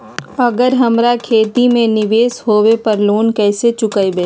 अगर हमरा खेती में निवेस होवे पर लोन कैसे चुकाइबे?